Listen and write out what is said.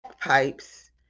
pipes